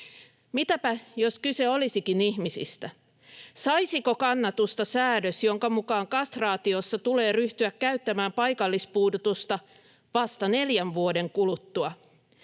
Mitäpä, jos kyse olisikin ihmisistä? Saisiko kannatusta säädös, jonka mukaan kastraatiossa tulee ryhtyä käyttämään paikallispuudutusta vasta neljän vuoden kuluttua?